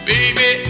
Baby